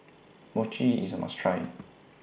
Mochi IS A must Try